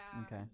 Okay